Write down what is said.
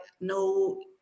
no